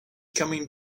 coming